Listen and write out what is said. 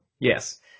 Yes